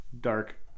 dark